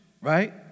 right